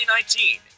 2019